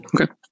Okay